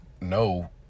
no